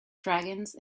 dragons